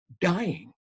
dying